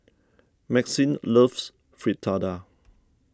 Maxine loves Fritada